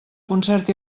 concert